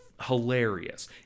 hilarious